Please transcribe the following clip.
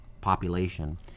population